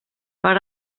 per